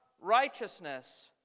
righteousness